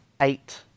eight